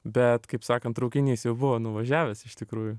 bet kaip sakant traukinys jau buvo nuvažiavęs iš tikrųjų